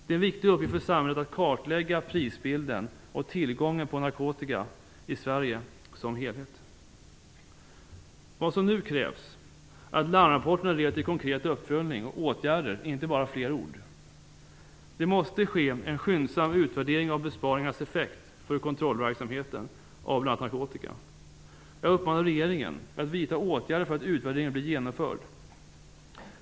En viktig uppgift för samhället är att kartlägga prisbilden och tillgången på narkotika i Sverige som helhet. Vad som nu krävs är att larmrapporterna leder till en konkret uppföljning och konkreta åtgärder - inte bara fler ord. Det måste ske en skyndsam utvärdering av besparingarnas effekt för kontrollverksamheten när det gäller bl.a. narkotika. Jag uppmanar regeringen att vidta åtgärder för att utvärderingen blir genomförd.